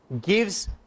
gives